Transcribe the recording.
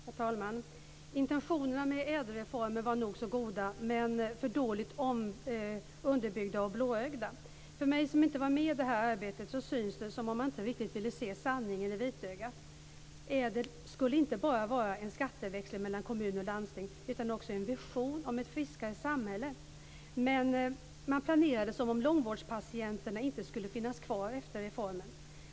Herr talman! Intentionerna bakom ädelreformen var nog så goda, men de var för dåligt underbyggda och blåögda. För mig som inte var med i detta arbete verkar det som om man inte riktigt ville se sanningen i vitögat. Ädel skulle inte bara vara en skatteväxling mellan kommuner och landsting utan också en vision om ett friskare samhälle. Men man planerade som om långvårdspatienterna inte skulle finnas kvar efter reformen.